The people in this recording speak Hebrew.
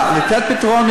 לתת פתרון,